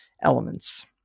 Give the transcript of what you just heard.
elements